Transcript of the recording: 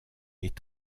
est